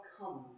come